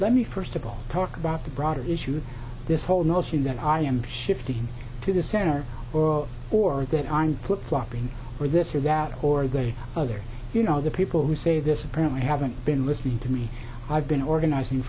let me first of all talk about the broader issue of this whole notion that i am shifting to the center or or that i'm put flopping or this or that or the other you know the people who say this apparently haven't been listening to me i've been organizing